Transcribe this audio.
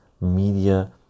media